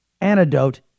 antidote